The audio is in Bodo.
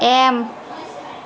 एम